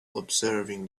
observing